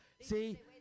See